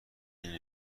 این